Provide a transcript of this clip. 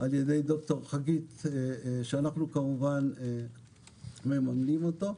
על ידי ד"ר חגית, שאנחנו כמובן ממנים אותו,